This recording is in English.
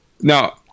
now